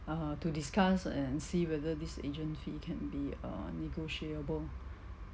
err to discuss and see whether this agent fee can be err negotiable